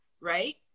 right